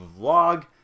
Vlog